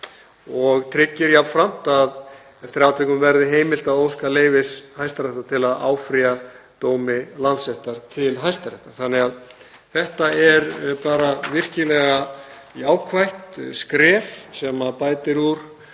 og tryggir jafnframt að eftir atvikum verði heimilt að óska leyfis Hæstaréttar til að áfrýja dómi Landsréttar til Hæstaréttar. Þetta er bara virkilega jákvætt skref sem bætir úr